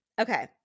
Okay